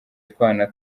utwana